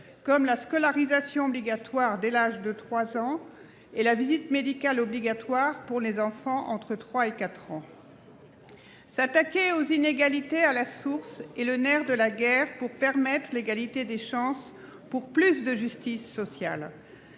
: la scolarisation obligatoire dès l'âge de 3 ans ; la visite médicale obligatoire pour les enfants entre 3 et 4 ans. S'attaquer aux inégalités à la source est le nerf de la guerre, afin de favoriser l'égalité des chances pour plus de justice sociale.